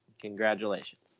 congratulations